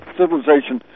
civilization